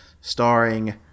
Starring